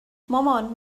مامان